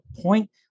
point